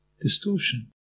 distortion